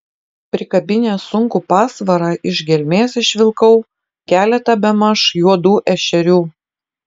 prikabinęs sunkų pasvarą iš gelmės išvilkau keletą bemaž juodų ešerių